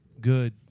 good